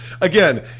Again